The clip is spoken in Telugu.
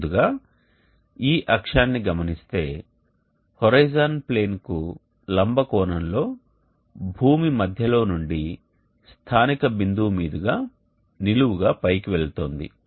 ముందుగా ఈ అక్షమును గమనిస్తే హోరిజోన్ ప్లేన్కు లంబకోణంలో భూమి మధ్యలో నుండి స్థానిక బిందువు మీదుగా నిలువుగా పైకి వెళుతోంది